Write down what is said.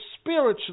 spiritually